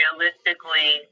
realistically